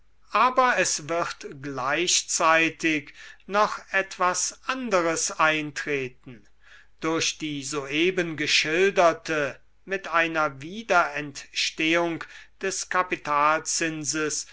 aber es wird gleichzeitig noch etwas anderes eintreten durch die soeben geschilderte mit einer wiederentstehung des